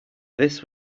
this